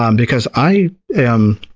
um because i am,